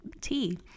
tea